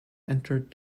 entered